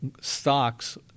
stocks